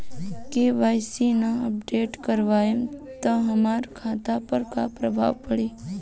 KYC ना update करवाएम त हमार खाता पर का प्रभाव पड़ी?